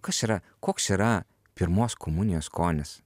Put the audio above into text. kas yra koks yra pirmos komunijos skonis